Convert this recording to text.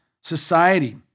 society